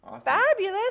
fabulous